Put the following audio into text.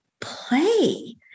play